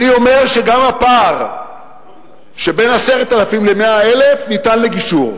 אני אומר שגם הפער שבין 10,000 ל-100,000 ניתן לגישור,